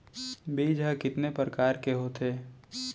बीज ह कितने प्रकार के होथे?